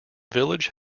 village